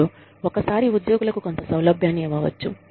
మరియు ఒకసారి ఉద్యోగులకు కొంత సౌలభ్యాన్ని ఇవ్వవచ్చు